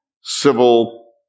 civil